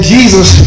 Jesus